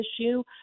issue